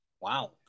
Wow